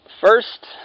first